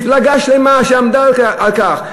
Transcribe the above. מפלגה שלמה שעמדה על כך,